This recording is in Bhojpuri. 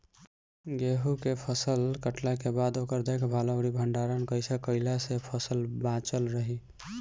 गेंहू के फसल कटला के बाद ओकर देखभाल आउर भंडारण कइसे कैला से फसल बाचल रही?